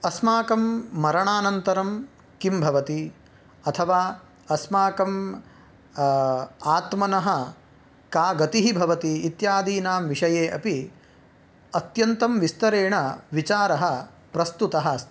अस्माकं मरणानन्तरं किं भवति अथवा अस्माकं आत्मनः का गतिः भवति इत्यादीनां विषये अपि अत्यन्तं विस्तरेण विचारः प्रस्तुतः अस्ति